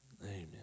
Amen